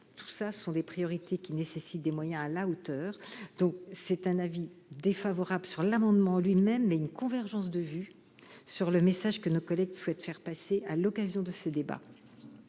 sont des priorités qui nécessitent des moyens à la hauteur. Par conséquent, la commission est défavorable à l'amendement lui-même, mais reconnaît une convergence de vues sur le message que nos collègues souhaitent faire passer à l'occasion de ce débat.